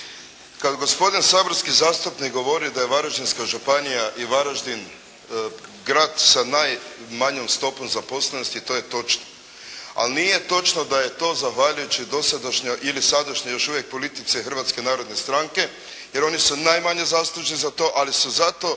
Kada gospodin saborski zastupnik govori da je Varaždinska županija i Varaždin grad sa najmanjom stopom zaposlenosti, to je točno, ali nije točno da je to zahvaljujući dosadašnjoj ili sadašnjoj još uvijek politike Hrvatske narodne stranke jer oni su najmanje zaslužni za to, ali su zato